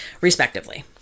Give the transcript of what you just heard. respectively